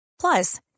Plus